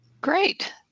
Great